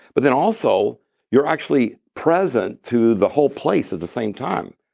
but then also you're actually present to the whole place at the same time,